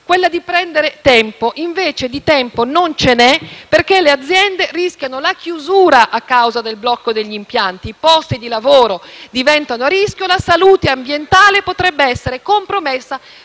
quella di prendere tempo. Invece di tempo non ce n'è, perché le aziende rischiano la chiusura a causa del blocco degli impianti, i posti di lavoro diventano a rischio e la salute ambientale potrebbe essere compromessa